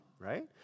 right